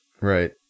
Right